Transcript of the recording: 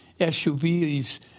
SUVs